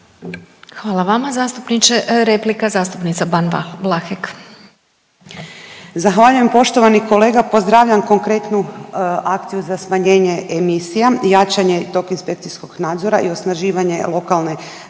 Hvala vama zastupniče. Replika zastupnica Ban-Vlahek. **Ban, Boška (SDP)** Zahvaljujem. Poštovani kolega pozdravljam konkretnu akciju za smanjenje emisija, jačanje tog inspekcijskog nadzora i osnaživanje lokalne